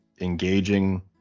engaging